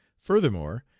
furthermore,